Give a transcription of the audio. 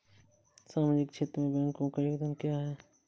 सामाजिक क्षेत्र में बैंकों का योगदान क्या है?